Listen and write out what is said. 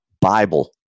Bible